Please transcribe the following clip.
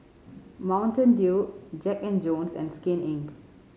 Mountain Dew Jack and Jones and Skin Inc